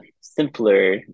simpler